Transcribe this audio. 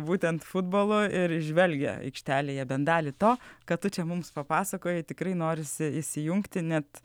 būtent futbolo ir žvelgia aikštelėje bent dalį to ką tu čia mums papasakojai tikrai norisi įsijungti net